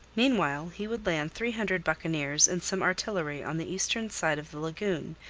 meanwhile, he would land three hundred buccaneers and some artillery on the eastern side of the lagoon,